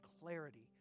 clarity